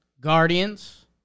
Guardians